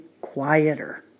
Quieter